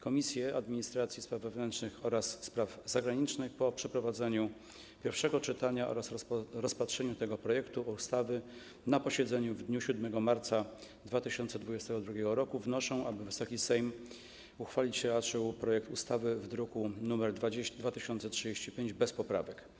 Komisje: Administracji i Spraw Wewnętrznych oraz Spraw Zagranicznych po przeprowadzeniu pierwszego czytania oraz rozpatrzeniu tego projektu ustawy na posiedzeniu w dniu 7 marca 2022 r. wnoszą, aby Wysoki Sejm uchwalić raczył projekt ustawy w druku nr 2035 bez poprawek.